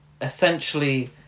essentially